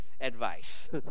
advice